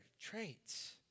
traits